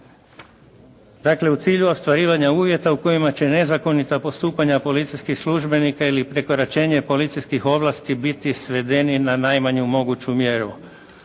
Dakle u cilju ostvarivanja uvjeta u kojima će nezakonita postupanja policijskih službenika ili prekoračenje policijskih ovlasti biti svedeni na najmanju moguću mjeru.